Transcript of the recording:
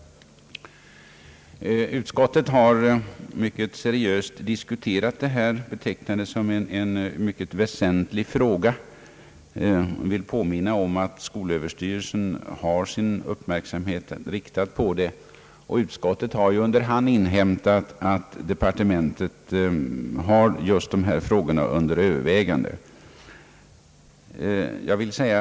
Utskottet diskuterar denna fråga mycket seriöst och betecknar den som väsentlig. Man påminner om att skolöverstyrelsen har sin uppmärksamhet riktid på saken. Under hand har man också inhämtat att frågan är under övervägande i departementet.